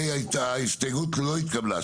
ההסתייגות לא התקבלה.